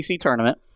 Tournament